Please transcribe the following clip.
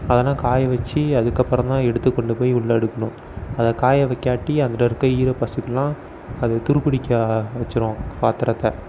அதெலாம் காய வச்சு அதுக்கப்புறம்தான் எடுத்து கொண்டு போய் உள்ளே அடுக்கணும் அதை காய வைக்காட்டி அதில் இருக்கிற ஈர பிசக்குலாம் அது துருபிடிக்க வச்சுரும் பாத்திரத்தை